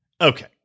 Okay